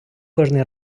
кожний